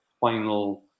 final